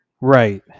right